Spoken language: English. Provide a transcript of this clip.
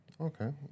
Okay